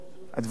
הדברים האלה,